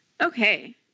Okay